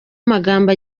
amagambo